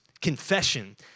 confession